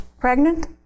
pregnant